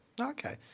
Okay